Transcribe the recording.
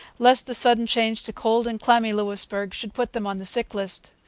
lest the sudden change to cold and clammy louisbourg should put them on the sick list.